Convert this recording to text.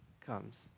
comes